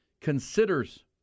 considers